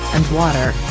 and water,